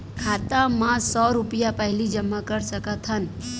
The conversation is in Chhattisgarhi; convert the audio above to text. खाता मा सौ रुपिया पहिली जमा कर सकथन?